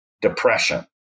depression